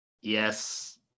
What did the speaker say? Yes